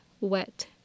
wet